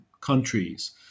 countries